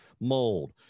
mold